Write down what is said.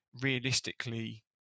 realistically